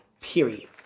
period